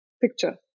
picture